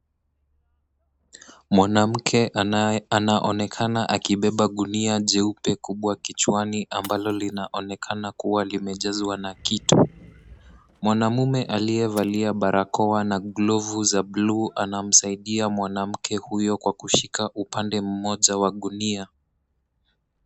Mwanamke anaonekana akibeba gunia jeupe kubwa kichwani ambalo linaonekana kuwa limejazwa na kitu. Mwanaume aliyevali barakoa na glovu za buluu anamsaidia mwanamke huyo kwa kushika upande mmoja wa gunia.